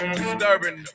disturbing